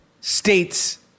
states